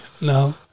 No